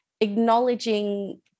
acknowledging